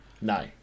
no